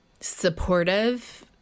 supportive